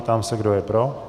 Ptám se, kdo je pro.